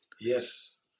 yes